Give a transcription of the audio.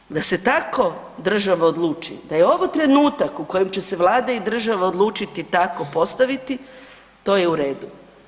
Dakle, da se tako država odluči da je ovo trenutak u kojem će se Vlada i država odlučiti tako postaviti to je u redu.